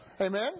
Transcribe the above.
amen